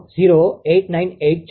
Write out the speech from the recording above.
00000898 છે